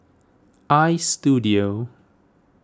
Istudio